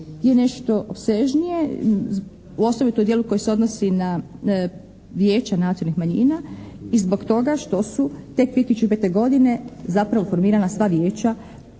je nešto opsežnije, osobito u dijelu koje se odnosi na Vijeće nacionalnih manjina i zbog toga što su tek 2005. godine zapravo formirana sva vijeća